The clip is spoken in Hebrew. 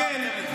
בעבר?